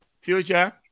Future